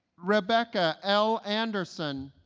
rebecca l. anderson